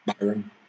byron